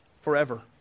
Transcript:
forever